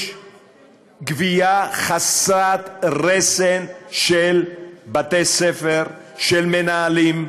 יש גבייה חסרת רסן של בתי-ספר, של מנהלים,